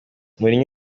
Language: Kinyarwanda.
mourinho